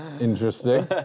Interesting